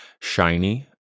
shiny